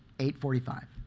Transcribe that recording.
eight forty five,